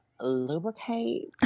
lubricate